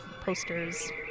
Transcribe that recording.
posters